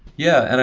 yeah. and